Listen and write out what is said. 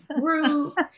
group